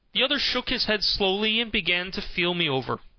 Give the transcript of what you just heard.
the other shook his head slowly, and began to feel me over.